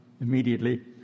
immediately